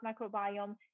microbiome